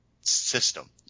system